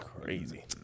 crazy